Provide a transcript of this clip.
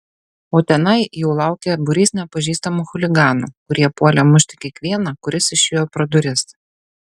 o tenai jau laukė būrys nepažįstamų chuliganų kurie puolė mušti kiekvieną kuris išėjo pro duris